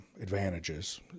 advantages